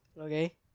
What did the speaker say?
Okay